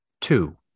Two